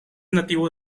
nativo